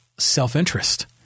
self-interest